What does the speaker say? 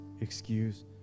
excuse